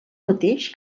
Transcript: mateix